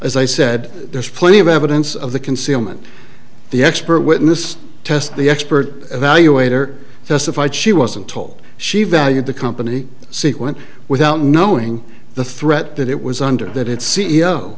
as i said there's plenty of evidence of the concealment the expert witness test the expert evaluator testified she wasn't told she valued the company sequence without knowing the threat that it was under that its c